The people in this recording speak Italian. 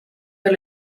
per